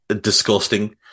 disgusting